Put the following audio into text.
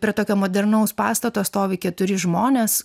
prie tokio modernaus pastato stovi keturi žmonės